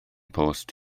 post